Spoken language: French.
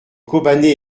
kobané